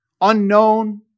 unknown